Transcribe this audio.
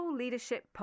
leadership